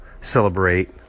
celebrate